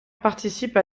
participe